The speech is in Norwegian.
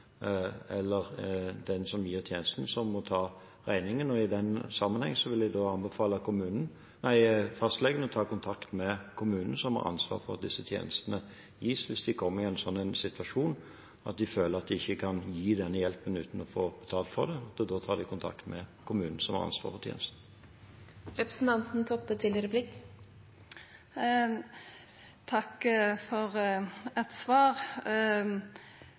eller den som gir tjenesten, som må ta regningen. I den sammenheng vil jeg anbefale fastlegen å ta kontakt med kommunen som har ansvar for disse tjenestene – hvis de kommer i en situasjon der de føler at de ikke kan gi denne hjelpen uten å få betalt for det. Da tar de kontakt med kommunen, som har ansvaret for tjenesten. Takk for eit svar.